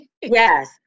Yes